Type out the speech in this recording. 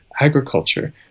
agriculture